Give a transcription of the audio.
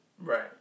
right